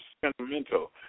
sentimental